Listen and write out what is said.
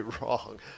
wrong